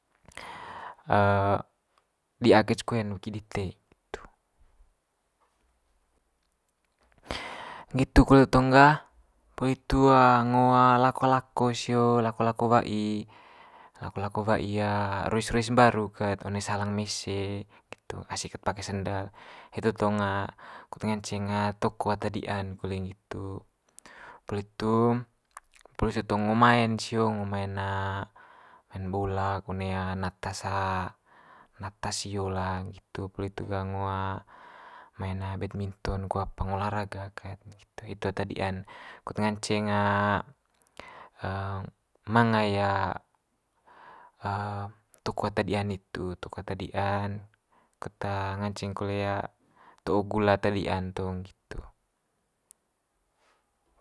dia koe ce koen weki dite. Nggitu kole tong gah poli itu ngo lako lako sio lako lako wai, lako lako wai ruis ruis mbaru ket one salang mese nggitu asi kat pake sendal, hitu tong kut nganceng toko ata dia'n kole nggitu. Poli itu poli situ ngo maen sio ngo maen maen bola one natas natas sio lah nggitu, poli itu ga ngo maen badminton ko apa ngo olahraga ket nggitu hitu ata dia'n kut nganceng manga toko ata dia'n nitu, toko ata dia'n kut nganceng kole to'o gula ata dia'n to nggitu.